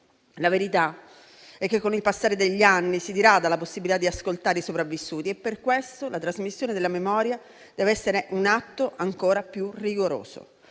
La verità è che con il passare degli anni si dirada la possibilità di ascoltare i sopravvissuti e per questo la trasmissione della memoria dev'essere un atto ancora più rigoroso.